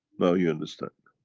now you understand.